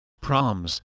proms